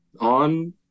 on